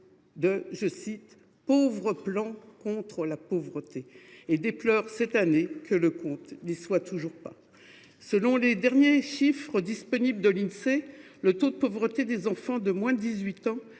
de « pauvre plan contre la pauvreté ». Il déplore cette année que « le compte n’y soit toujours pas ». Selon les derniers chiffres de l’Insee, le taux de pauvreté des enfants de moins de 18 ans